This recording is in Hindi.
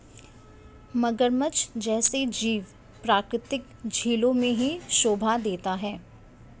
मगरमच्छ जैसा जीव प्राकृतिक झीलों में ही शोभा देता है